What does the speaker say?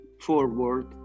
forward